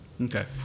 Okay